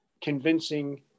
convincing